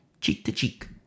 cheek-to-cheek